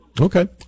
Okay